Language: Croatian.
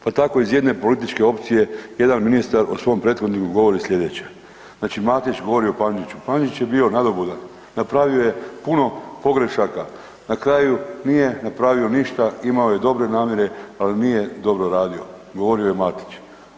Pa tako iz jedne političke opcije jedan ministar o svom prethodniku govori slijedeće, znači Matić govori o Pančiću, Pančić je bio nadobudan, napravio je puno pogrešaka, na kraju nije napravio ništa, imao je dobre namjere, ali nije dobro radio, govorio je Matić.